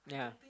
yeah